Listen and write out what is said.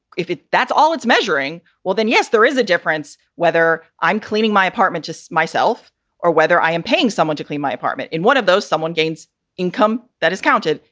if if that's all it's measuring, well, then yes, there is a difference whether i'm cleaning my apartment just myself or whether i am paying someone to clean my apartment in one of those. someone gains income that is counted.